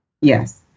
Yes